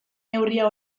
neurria